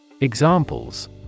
Examples